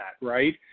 Right